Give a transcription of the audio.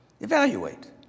Evaluate